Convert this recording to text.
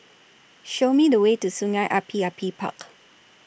Show Me The Way to Sungei Api Api Park